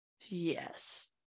Yes